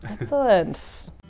excellent